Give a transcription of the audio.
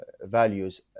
values